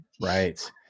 right